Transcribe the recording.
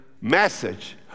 message